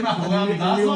אתה עומד מאחורי האמירה הזאת?